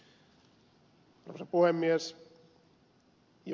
arvoisa puhemies